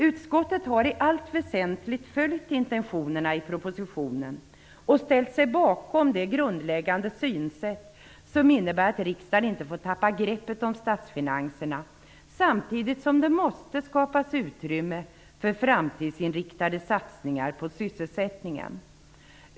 Utskottet har i allt väsentligt följt intentionerna i propositionen och ställt sig bakom det grundläggande synsätt som innebär att riksdagen inte får tappa greppet om statsfinanserna samtidigt som det måste skapas utrymme för framtidsinriktade satsningar på sysselsättningen.